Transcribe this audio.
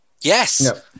Yes